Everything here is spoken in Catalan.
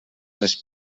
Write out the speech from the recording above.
les